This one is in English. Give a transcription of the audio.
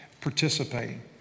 participating